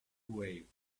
wave